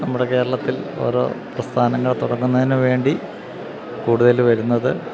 നമ്മുടെ കേരളത്തിൽ ഓരോ പ്രസ്ഥാനങ്ങൾ തുടങ്ങുന്നതിന് വേണ്ടി കൂടുതല് വരുന്നത്